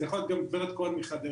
זה יכול להיות גם גב' כהן מחדרה.